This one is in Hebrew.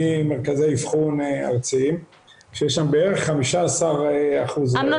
ממרכזי אבחון ארציים שיש שם בערך 15%- -- אמנון